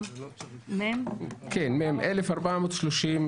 התשפ"א-2021, מ/1438.